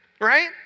right